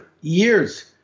years